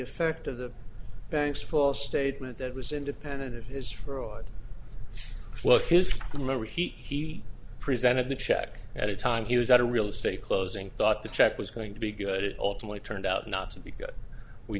effect of the bank's false statement that was independent of his for oil slick his memory he presented the check at a time he was at a real estate closing thought the check was going to be good it ultimately turned out not to be good we